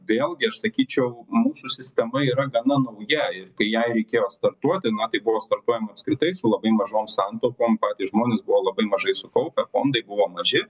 vėlgi aš sakyčiau mūsų sistema yra gana nauja ir kai jai reikėjo startuoti na tai buvo startuojama apskritai su labai mažom santaupom patys žmonės buvo labai mažai sukaupę fondai buvo maži